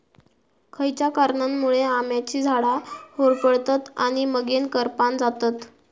खयच्या कारणांमुळे आम्याची झाडा होरपळतत आणि मगेन करपान जातत?